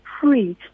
free